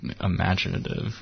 imaginative